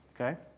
okay